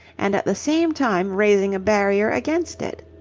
and at the same time raising a barrier against it.